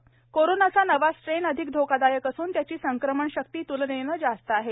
विश्वजीत कदम कोरोनाचा नवा स्ट्रेन अधिक धोकादायक असून त्याची संक्रमण शक्ती तूलनेने जास्त आहे